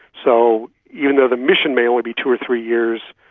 so even though the mission may only be two or three years,